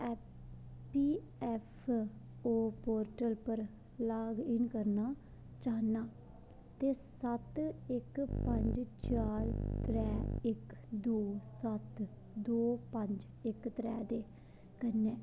AP F portal उप्पर log in करना चाह्ना सत्त इक पंज चार त्रैऽ इक दो सत्त दो पंज इक त्रै कन्नै